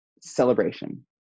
celebration